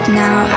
now